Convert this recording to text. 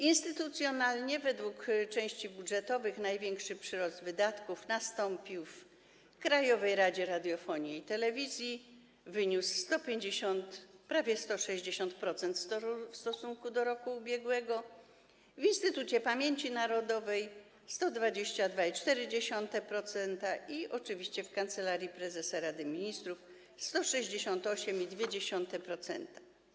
Instytucjonalnie według części budżetowych największy przyrost wydatków nastąpił w Krajowej Radzie Radiofonii i Telewizji i wyniósł 150%, prawie 160% w stosunku do roku ubiegłego, w Instytucie Pamięci Narodowej - 122,4% i oczywiście w Kancelarii Prezesa Rady Ministrów - 168,2%.